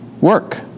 work